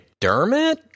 McDermott